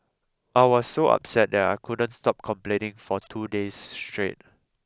I was so upset that I couldn't stop complaining for two days straight